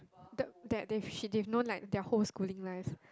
the that they've known like their whole schooling lives